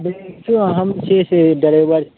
देखिऔ हम छी से डरेबर